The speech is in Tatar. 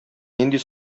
нинди